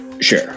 Sure